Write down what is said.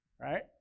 Right